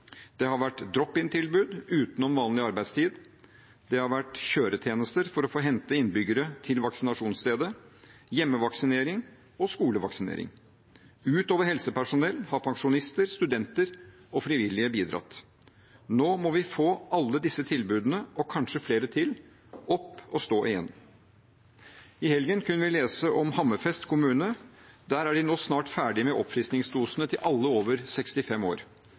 Det har vært drop-in-tilbud utenom vanlig arbeidstid, det har vært kjøretjenester for å hente innbyggere til vaksinasjonsstedet, hjemmevaksinering og skolevaksinering. Utover helsepersonell har pensjonister, studenter og frivillige bidratt. Nå må vi få alle disse tilbudene – og kanskje flere til – opp og stå igjen. I helgen kunne vi lese om Hammerfest kommune. Der er de nå snart ferdige med oppfriskningsdosene til alle over 65 år.